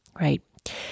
right